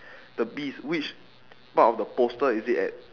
the bees which part of the poster is it at